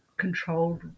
controlled